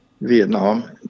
Vietnam